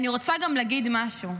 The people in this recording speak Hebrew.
אני רוצה גם להגיד משהו.